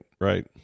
right